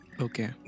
Okay